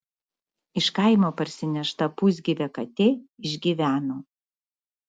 iš kaimo parsinešta pusgyvė katė išgyveno